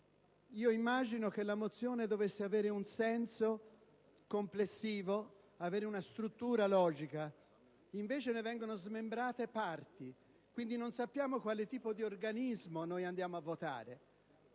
Immagino che la mozione dovesse avere un senso complessivo e una struttura logica, invece ne vengono smembrate parti. Non sappiamo quale tipo di impianto andiamo a votare.